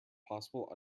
possible